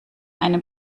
einem